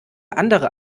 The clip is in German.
andere